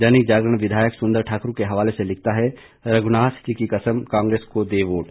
दैनिक जागरण विधायक सुन्दर ठाकुर के हवाले से लिखता है रघुनाथ जी की कसम कांग्रेस को दें वोट